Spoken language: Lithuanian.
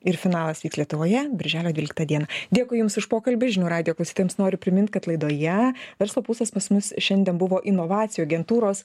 ir finalas vyks lietuvoje birželio dvyliktą dieną dėkui jums už pokalbį žinių radijo klausytojams noriu primint kad laidoje verslo pulsas pas mus šiandien buvo inovacijų agentūros